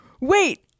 Wait